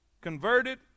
converted